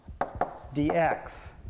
dx